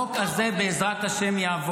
החוק הזה יעבור, בעזרת השם.